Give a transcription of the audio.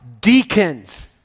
deacons